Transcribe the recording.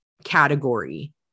category